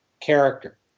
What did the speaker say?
character